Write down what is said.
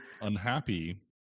unhappy